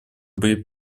будет